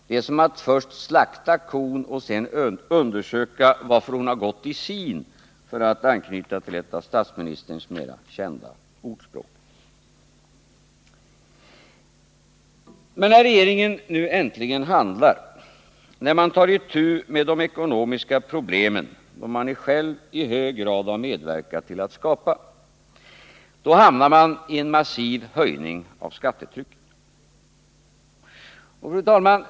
Det är som att först slakta kon och sedan undersöka varför hon gått i sin, för att anknyta till ett av statsministerns mera kända ordspråk. När regeringen äntligen nu handlar, när man tar itu med de ekonomiska problem man själv i hög grad medverkat till att skapa, då resulterar det i en massiv höjning av skattetrycket. Fru talman!